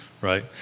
right